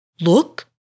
Look